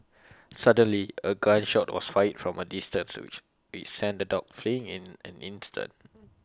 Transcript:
suddenly A gun shot was fired from A distance which sent the dogs fleeing in an instant